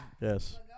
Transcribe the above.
Yes